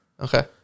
Okay